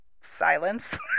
silence